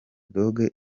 dogg